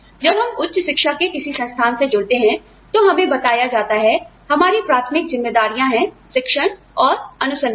जब हम उच्च शिक्षा के किसी संस्थान से जुड़ते हैं तो हमें बताया जाता है हमारी प्राथमिक जिम्मेदारियाँ हैं शिक्षण और अनुसंधान